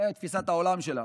זו תפיסת העולם שלה.